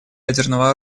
ядерного